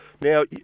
now